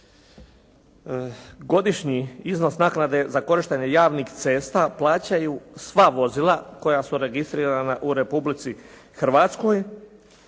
Godišnji iznos naknade za korištenje javnih cesta plaćaju sva vozila koja su registrirana u Republici Hrvatskoj,